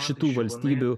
šitų valstybių